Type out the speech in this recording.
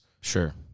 Sure